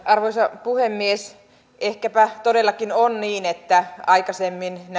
arvoisa puhemies ehkäpä todellakin on niin että aikaisemmin